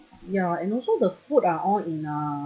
ya and also the food are all in uh